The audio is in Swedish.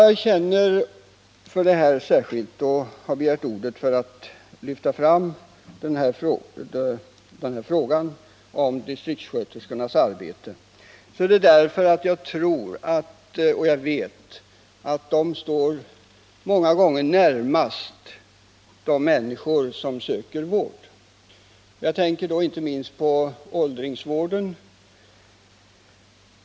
Anledningen till att jag velat lyfta fram frågan om distriktssköterskorna och deras arbete är att jag vet att de många gånger står närmast de människor som söker vård, och jag tänker då inte minst på åldringsvården.